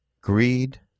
greed